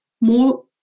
more